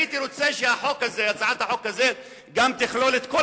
הייתי רוצה שהצעת החוק הזאת תכלול גם את כל